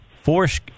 force